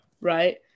right